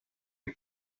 and